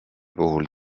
puhul